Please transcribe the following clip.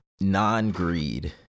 non-greed